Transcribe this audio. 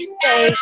say